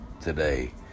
today